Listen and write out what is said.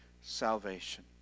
salvation